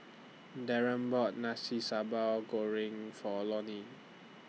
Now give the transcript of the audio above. Darren bought Nasi Sambal Goreng For Lonie